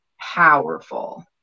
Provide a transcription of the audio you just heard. powerful